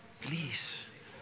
please